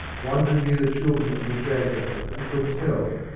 one who knew the children of the jago, and could tell,